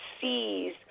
sees